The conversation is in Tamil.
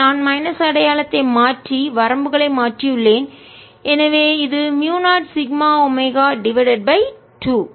நான் மைனஸ் அடையாளத்தை மாற்றி வரம்புகளை மாற்றியுள்ளேன் எனவே இது mu 0 sigma omega divided by 2